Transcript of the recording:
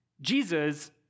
Jesus